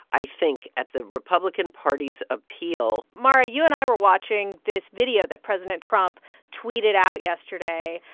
i think, at the republican party's appeal mara, you and i were watching this video that president trump tweeted out yesterday.